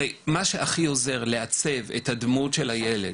הרי מה שהכי עוזר לעצב את הדמות של הילד